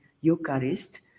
Eucharist